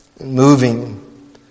Moving